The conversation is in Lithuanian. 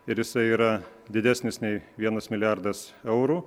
ir jisai yra didesnis nei vienas milijardas eurų